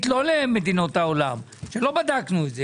לא למדינות העולם שלא בדקנו את זה.